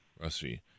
Rusty